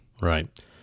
Right